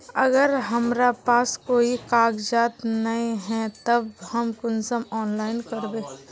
अगर हमरा पास कोई कागजात नय है तब हम कुंसम ऑनलाइन करबे?